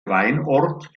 weinort